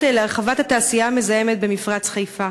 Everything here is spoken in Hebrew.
להרחבת התעשייה המזהמת במפרץ-חיפה.